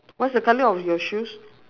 what's the colour of your shoes